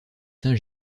saint